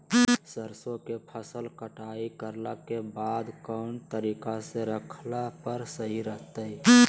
सरसों के फसल कटाई करला के बाद कौन तरीका से रखला पर सही रहतय?